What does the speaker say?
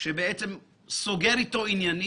סמוך עלי.